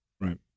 Right